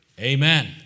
Amen